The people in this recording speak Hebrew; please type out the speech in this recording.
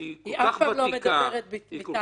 היא אף פעם לא מדברת מטעם עצמה,